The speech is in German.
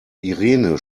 irene